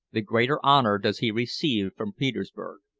the greater honor does he receive from petersburg.